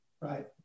Right